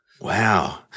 Wow